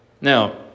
Now